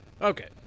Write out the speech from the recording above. Okay